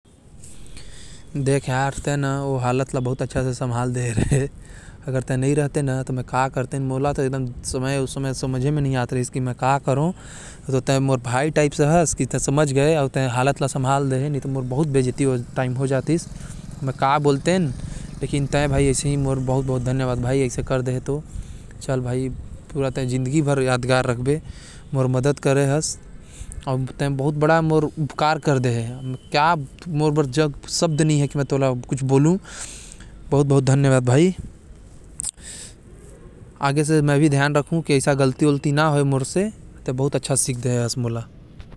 भाई तै ओ हलात ला बढ़ा बढ़िया संभाले हस। तै नही रहते तो पता नि का होतिस। तै मोके बचा लेहे भाई, तोर बहुत बड़ा उपकार है मोर ऊपर एला में जिंदगी भर याद रखु। ते बहुत बड़ा मोके आज सिख भी देहे हस।